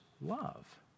love